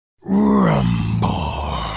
Rumble